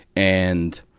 and,